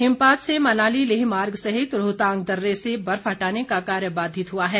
हिमपात से मनाली लेह मार्ग सहित रोहतांग दर्रे से बर्फ हटाने का कार्य बाधित हुआ है